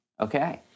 okay